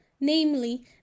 namely